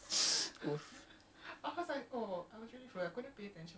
I mean it's different when you own it